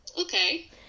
Okay